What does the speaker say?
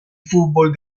fútbol